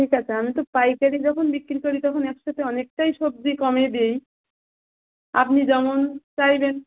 ঠিক আছে আমি তো পাইকারি যখন বিক্রি করি তখন একসাথে অনেকটাই সবজি কমে দিই আপনি যেমন চাইবেন